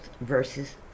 versus